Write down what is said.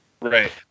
Right